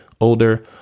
older